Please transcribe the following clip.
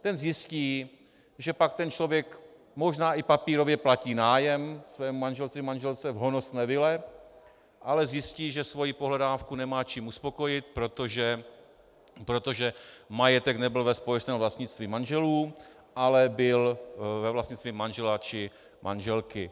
Ten zjistí, že pak ten člověk možná i papírově platí nájem svému manželovi, manželce v honosné vile, ale zjistí, že svoji pohledávku nemá čím uspokojit, protože majetek nebyl ve společném vlastnictví manželů, ale byl ve vlastnictví manžela či manželky.